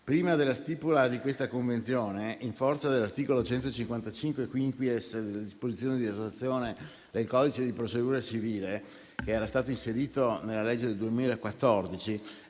Prima della stipula di questa convenzione, in forza dell'articolo 155-*quinquies* delle disposizioni di attuazione del codice di procedura civile, che era stato inserito nella legge del 2014,